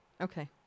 Okay